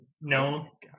No